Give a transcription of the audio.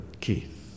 Keith